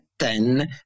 ten